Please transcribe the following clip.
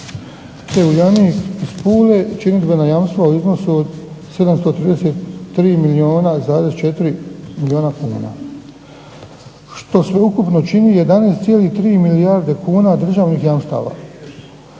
Uljanik iz Pule činidbena jamstva u iznosu od 733,4 milijuna kuna što sveukupno čini 11,3 milijarde kuna državnih jamstava,